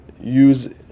use